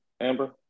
amber